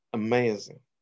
amazing